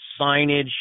signage